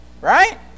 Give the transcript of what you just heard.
Right